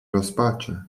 rozpaczy